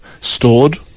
stored